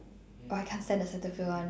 oh I can't stand the cetaphil one